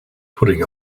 putting